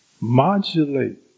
modulate